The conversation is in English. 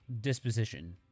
disposition